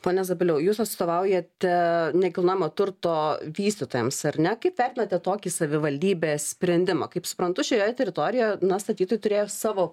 pone zabiliau jūs atstovaujate nekilnojamo turto vystytojams ar ne kaip vertinate tokį savivaldybės sprendimą kaip suprantu šioje teritorijoje na statytojai turėjo savo